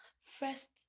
first